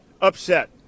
upset